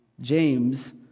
James